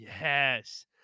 yes